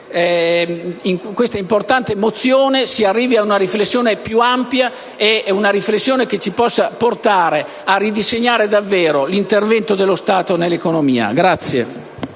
per questa importante mozione, si arrivi ad una riflessione più ampia, ad una riflessione che ci possa portare a ridisegnare davvero l'intervento dello Stato nell'economia.